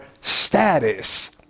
status